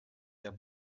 der